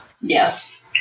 yes